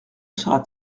sera